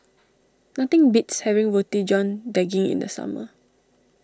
nothing beats having Roti John Daging in the summer